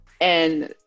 and-